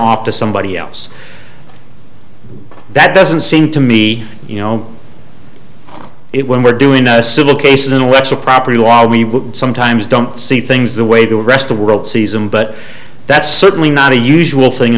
off to somebody else that doesn't seem to me you know it when we're doing a civil case intellectual property law we sometimes don't see things the way the rest the world sees them but that's certainly not a usual thing